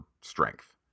strength